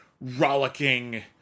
rollicking